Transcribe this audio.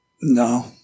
No